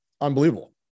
unbelievable